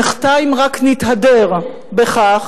נחטא אם רק נתהדר בכך,